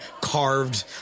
carved